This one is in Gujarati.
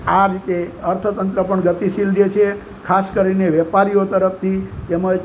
આ રીતે અર્થતંત્ર પણ ગતિશીલ રહે છે ખાસ કરીને વેપારીઓ તરફથી તેમજ